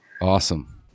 Awesome